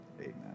amen